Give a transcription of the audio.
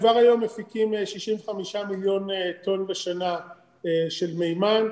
כבר היום מפיקים 65 מיליון טון בשנה של מימן,